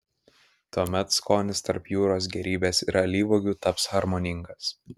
tuomet skonis tarp jūros gėrybės ir alyvuogių taps harmoningas